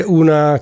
una